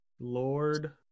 Lord